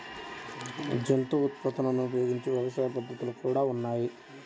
జంతు ఉత్పత్తులను ఉపయోగించని వ్యవసాయ పద్ధతులు కూడా ఉన్నాయి